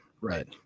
Right